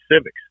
civics